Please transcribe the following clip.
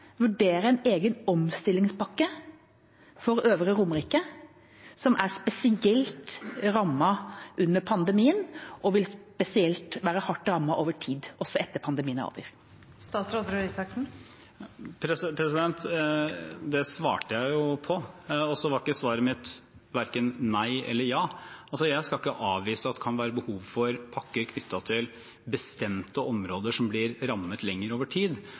vurdere en egen omstillingspakke for Øvre Romerike, som er spesielt rammet under pandemien og vil være spesielt hardt rammet over tid også etter at pandemien er over? Det svarte jeg jo på. Svaret mitt var verken nei eller ja. Jeg skal ikke avvise at det kan være behov for pakker knyttet til bestemte områder som blir rammet lenger, over tid.